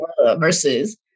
versus